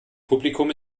publikum